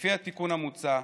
לפי התיקון המוצע,